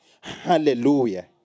Hallelujah